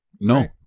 No